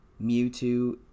Mewtwo